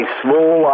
small